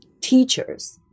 Teachers